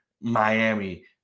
Miami